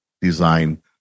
design